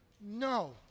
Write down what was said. no